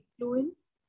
influence